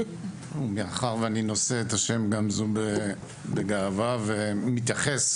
מאחר ואני נושא את השם גמזו בגאווה והוא מתייחס,